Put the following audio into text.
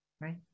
Right